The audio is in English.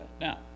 Now